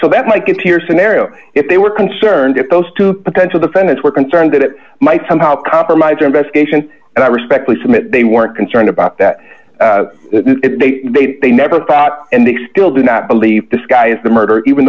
so that might get to your scenario if they were concerned that those two potential defendants were concerned that it might somehow compromise or investigation and i respectfully submit they weren't concerned about that they they they never thought and they still do not believe this guy is the murderer even